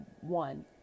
one